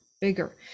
bigger